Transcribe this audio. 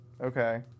Okay